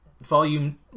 Volume